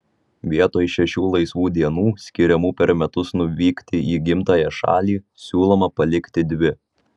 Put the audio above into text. vietoj šešių laisvų dienų skiriamų per metus nuvykti į gimtąją šalį siūloma palikti dvi